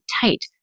tight